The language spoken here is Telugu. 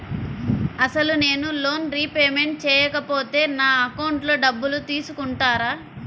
అసలు నేనూ లోన్ రిపేమెంట్ చేయకపోతే నా అకౌంట్లో డబ్బులు తీసుకుంటారా?